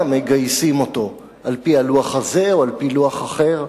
מגייסים אותו על-פי הלוח הזה או על-פי לוח אחר.